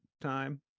time